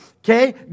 Okay